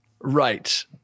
Right